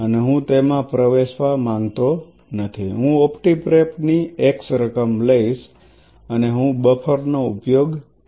અને હું તેમાં પ્રવેશવા માંગતો નથી હું ઓપ્ટી પ્રેપ ની x રકમ લઈશ અને હું બફરનો ઉપયોગ કરીશ